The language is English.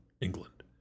England